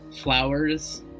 flowers